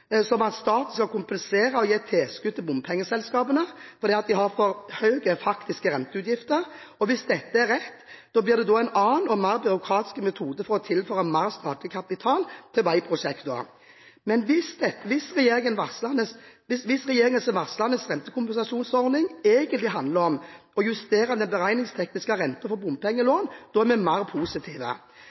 som at staten skal kompensere og gi tilskudd til bompengeselskapene, fordi de har for høye faktiske renteutgifter. Hvis dette er riktig, blir det da en annen og mer byråkratisk metode for å tilføre mer statlig kapital til veiprosjektene. Men hvis regjeringens varslede rentekompensasjonsordning egentlig handler om å justere den beregningstekniske renten for bompengelån, er vi mer positive.